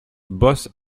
bosse